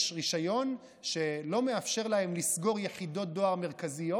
יש רישיון שלא מאפשר להם לסגור יחידות דואר מרכזיות.